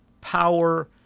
power